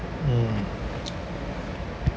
mm